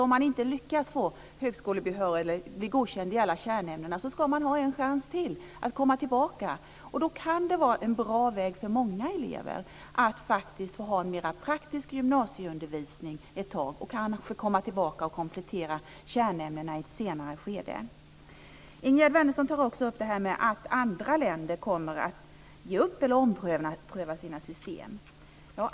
Om man inte lyckas bli godkänd i alla kärnämnen ska man ha en chans till att komma tillbaka. Då kan det vara en bra väg för många elever att få en mera praktiskt gymnasieundervisning ett tag och kanske komma tillbaka och komplettera kärnämnena i ett senare skede. Ingegerd Wärnersson sade också att andra länder kommer att ompröva sina system.